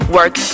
Work